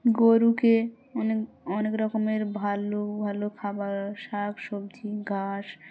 গরুকে মানে অনেক অনেক রকমের ভালো ভালো খাবার শাক সবজি ঘাস